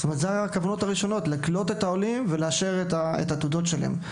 אלה היו הכוונות הראשונות: לקנות את העולים ולאשר את התעודות שלהם.